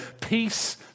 Peace